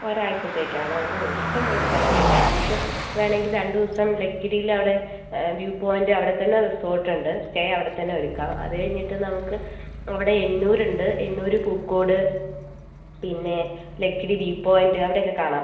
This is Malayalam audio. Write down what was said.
ഒരാഴ്ചത്തേക്കാണോ ഓ ഇഷ്ടംപോലെ സ്ഥലങ്ങളുണ്ട് നമുക്ക് വേണമെങ്കിൽ രണ്ടുദിവസം ലക്കിടിയിൽ അവിടെ വ്യൂ പോയിൻറ് അവിടെത്തന്നെ റിസോർട്ട് ഉണ്ട് സ്റ്റേ അവിടെത്തന്നെ ഒരുക്കാം അതുകഴിഞ്ഞിട്ട് നമുക്ക് അവിടെ എണ്ണൂറുണ്ട് എണ്ണൂർ പൂക്കോട് പിന്നെ ലക്കിടി വ്യൂ പോയിൻറ് അവിടെ ഒക്കെ കാണാം